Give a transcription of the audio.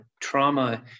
trauma-